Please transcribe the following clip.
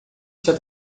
está